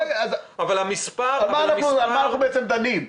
על מה אנחנו בעצם דנים?